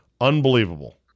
unbelievable